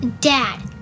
Dad